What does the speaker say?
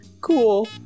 Cool